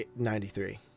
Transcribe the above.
93